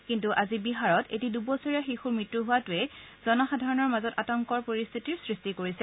কিন্তু আজি বিহাৰত এটি দুবছৰীয়া শিশুৰ মৃত্যু হোৱাটোৱে জনসাধাৰণৰ মাজত আতংকৰ পৰিস্থিতিৰ সৃষ্টি কৰিছে